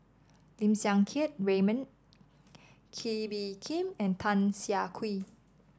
Lim Siang Keat Raymond Kee Bee Khim and Tan Siah Kwee